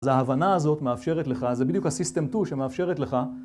אז ההבנה הזאת מאפשרת לך, זה בדיוק הסיסטם 2 שמאפשרת לך